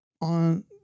on